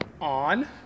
on